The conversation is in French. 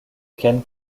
ken